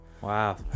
Wow